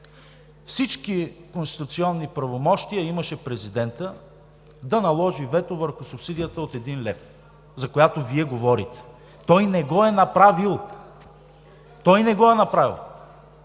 всички конституционни правомощия да наложи вето върху субсидията от един лев, за която Вие говорите. Той не го е направил! Той не го е направил